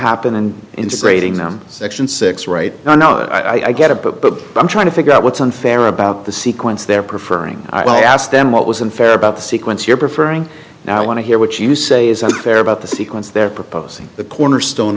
happen and integrating them section six right now i know i get it but i'm trying to figure out what's unfair about the sequence they're prefer and i asked them what was unfair about the sequence you prefer ng now i want to hear what you say is unfair about the sequence they're proposing the cornerstone